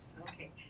Okay